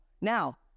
Now